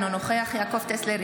אינו נוכח יעקב טסלר,